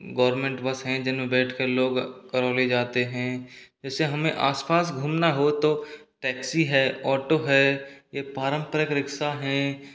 government bus हैं जिनमें बैठ कर लोग करौली जाते हैं जैसे हमें आस पास घूमना हो तो टैक्सी है ऑटो है या पारंपरिक रिक्शा है